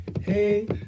hey